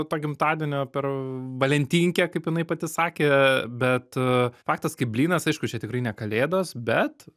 to gimtadienio per valentinkę kaip jinai pati sakė bet faktas kaip blynas aišku čia tikrai ne kalėdos bet